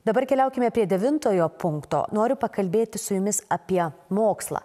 dabar keliaukime prie devintojo punkto noriu pakalbėti su jumis apie mokslą